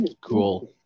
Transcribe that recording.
Cool